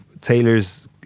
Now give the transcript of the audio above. Taylor's